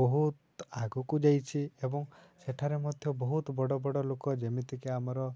ବହୁତ ଆଗକୁ ଯାଇଛି ଏବଂ ସେଠାରେ ମଧ୍ୟ ବହୁତ ବଡ଼ ବଡ଼ ଲୋକ ଯେମିତିକି ଆମର